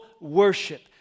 worship